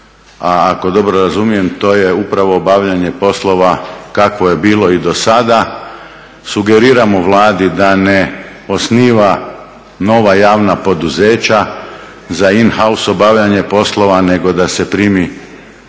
ako dobro razumijem to je upravo obavljanje poslova kakvo je bilo i dosada. Sugeriramo Vladi da ne osniva nova javna poduzeća za in house obavljanje poslova nego da se primi